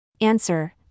Answer